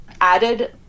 added